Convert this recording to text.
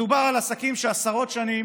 מדובר על עסקים שעשרות שנים